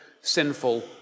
sinful